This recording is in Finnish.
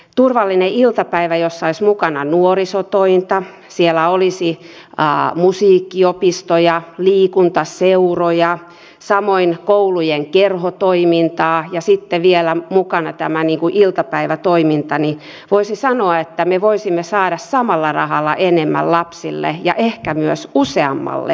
turvallinen iltapäivä jossa olisi mukana nuorisotointa siellä olisi musiikkiopistoja liikuntaseuroja samoin koulujen kerhotoimintaa ja sitten vielä mukana tämä iltapäivätoiminta voisi sanoa että me voisimme saada samalla rahalla enemmän lapsille ja ehkä myös useammalle lapselle